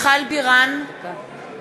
(קוראת בשמות חברי הכנסת)